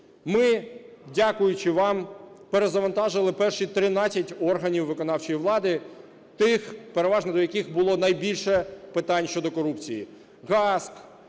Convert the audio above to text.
Ми, дякуючи вам, перезавантажили перші 13 органів виконавчої влади – тих, переважно до яких було найбільше питань щодо корупції: